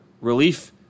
relief